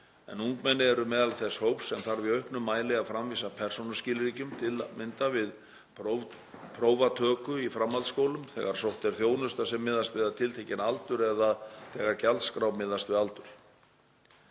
en ungmenni eru meðal þess hóps sem þarf í auknum mæli að framvísa persónuskilríkjum, t.d. við prófatöku í framhaldsskólum, þegar sótt er þjónusta sem miðast við tiltekinn aldur eða þegar gjaldskrá miðast við aldur.